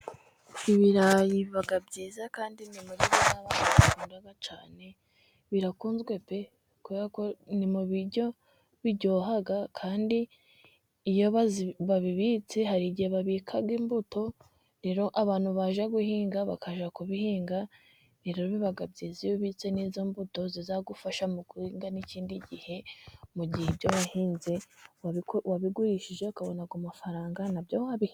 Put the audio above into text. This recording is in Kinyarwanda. Ibirayi baga byiza kandi ni bimwe mu ribwa abantu bakunda cyane, birakunzwe pe ni mu biryo biryoha kandi iyo babibitse hari igihe babika imbuto, rero abantu bajye guhinga bakajya ku bihinga, ibirayi biba byiza iyo ubitse neza mbuto zizagufasha mu kubihinga n'ikindi gihe mu gihe ibyo wahinze wabigurishije ukabona amafaranga nabyo wabi.